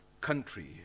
country